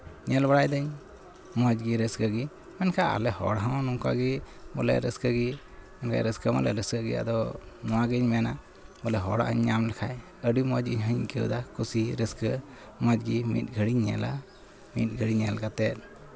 ᱧᱮᱞ ᱵᱟᱲᱟᱭᱮᱫᱟᱹᱧ ᱢᱚᱡᱽ ᱜᱮ ᱨᱟᱹᱥᱠᱟᱹ ᱜᱮ ᱢᱮᱱᱠᱷᱟᱡ ᱟᱞᱮ ᱦᱚᱲ ᱦᱚᱸ ᱱᱚᱝᱠᱟᱜᱮ ᱵᱚᱞᱮ ᱨᱟᱹᱥᱠᱟᱹ ᱜᱮ ᱨᱟᱹᱥᱠᱟᱹ ᱢᱟᱞᱮ ᱨᱟᱹᱥᱠᱟᱹ ᱜᱮᱭᱟ ᱟᱫᱚ ᱱᱚᱣᱟᱜᱤᱧ ᱢᱮᱱᱟ ᱦᱚᱲᱟᱜ ᱤᱧ ᱧᱟᱢ ᱞᱮᱠᱷᱟᱡ ᱟᱹᱰᱤ ᱢᱚᱡᱽ ᱜᱮᱦᱟᱸᱜ ᱤᱧ ᱟᱹᱭᱠᱟᱹᱣᱫᱟ ᱠᱩᱥᱤ ᱨᱟᱹᱥᱠᱟᱹ ᱢᱚᱡᱽ ᱜᱮ ᱢᱤᱫ ᱜᱷᱟᱹᱲᱤᱧ ᱧᱮᱞᱟ ᱢᱤᱫ ᱜᱷᱟᱹᱲᱤ ᱧᱮᱞ ᱠᱟᱛᱮᱫ